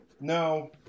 No